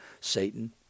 Satan